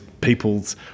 people's